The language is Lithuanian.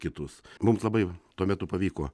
kitus mums labai tuo metu pavyko